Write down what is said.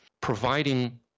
providing